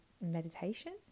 meditation